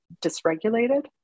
dysregulated